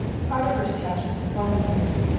part of her detachment was voluntary.